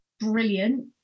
Brilliant